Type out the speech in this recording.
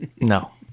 No